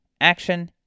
action